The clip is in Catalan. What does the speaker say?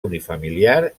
unifamiliar